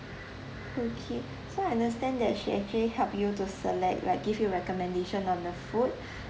okay so I understand that she actually helped you to select like give you recommendation on the food